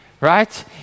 right